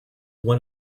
one